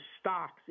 stocks